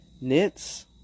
knits